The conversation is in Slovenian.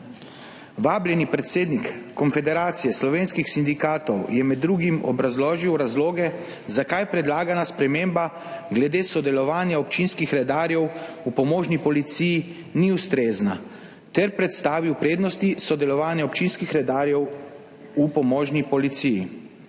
Vabljeni predsednik Konfederacije slovenskih sindikatov je med drugim obrazložil razloge, zakaj predlagana sprememba glede sodelovanja občinskih redarjev v pomožni policiji ni ustrezna, ter predstavil prednosti sodelovanja občinskih redarjev v pomožni policiji.